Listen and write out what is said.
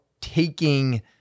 taking